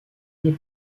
des